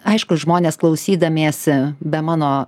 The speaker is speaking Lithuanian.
aišku žmonės klausydamiesi be mano